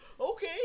Okay